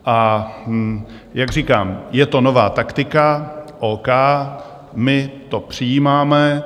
A jak říkám, je to nová taktika, o. k., my to přijímáme.